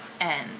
end